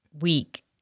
week